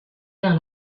vers